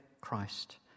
Christ